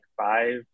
five